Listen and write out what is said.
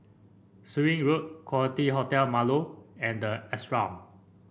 Surin Road Quality Hotel Marlow and the Ashram